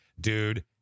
dude